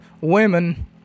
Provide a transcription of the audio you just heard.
Women